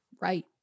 right